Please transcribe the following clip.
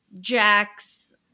Jack's